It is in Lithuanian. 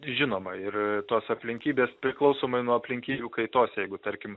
žinoma ir tos aplinkybės priklausomai nuo aplinkybių kaitos jeigu tarkim